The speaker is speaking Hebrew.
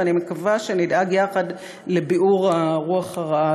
ואני מקווה שנדאג יחד לביעור הרוח הרעה